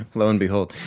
ah lo and behold!